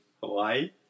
Hawaii